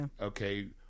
okay